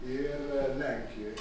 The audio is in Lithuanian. ir lenkijoj